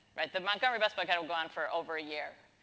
right? the montgomery bus boycott will go on for over a year.